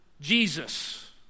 Jesus